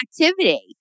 activity